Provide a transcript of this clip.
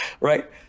Right